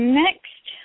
next